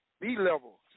B-level